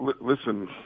listen